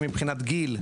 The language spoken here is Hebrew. מבחינת גיל,